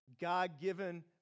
God-given